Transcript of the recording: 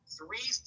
three